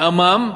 בעמם,